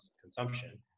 consumption